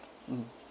mm